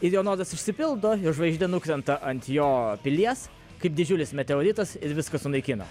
ir jo noras išsipildo jo žvaigždė nukrenta ant jo pilies kaip didžiulis meteoritas ir viską sunaikina